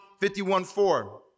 51.4